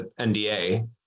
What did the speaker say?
nda